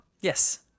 Yes